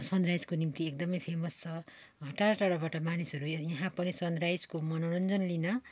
सन राइजको निम्ति एकदम फेमस छ टाडा टाडाबाट मानिसहरू यहाँ पनि सनराइजको मनोरञ्जन लिन